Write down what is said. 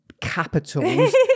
capitals